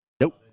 Nope